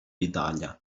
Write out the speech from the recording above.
d’italia